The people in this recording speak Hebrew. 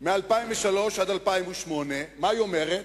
מ-2003 ועד 2008. מה היא אומרת?